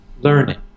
learning